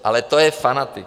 Ale to je fanatik.